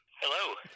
Hello